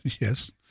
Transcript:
Yes